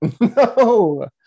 No